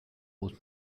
muss